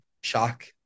shock